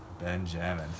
Benjamin